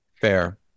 Fair